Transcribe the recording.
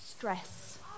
stress